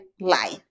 line